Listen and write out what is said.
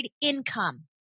income